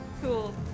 Cool